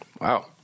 Wow